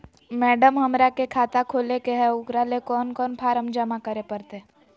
Madam, हमरा के खाता खोले के है उकरा ले कौन कौन फारम जमा करे परते?